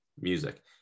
music